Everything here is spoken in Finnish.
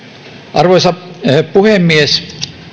arvoisa puhemies